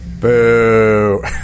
Boo